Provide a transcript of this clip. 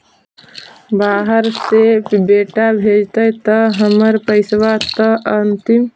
बाहर से बेटा भेजतय त हमर पैसाबा त अंतिम?